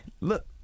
Look